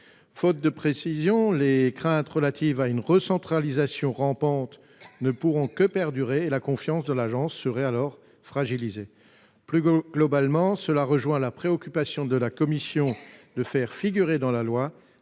Faute de précision, les craintes relatives à une recentralisation rampante ne pourraient que perdurer, et la confiance en l'ANS se trouverait dès lors fragilisée. Plus globalement, cela rejoint la préoccupation de la commission de faire figurer dans la loi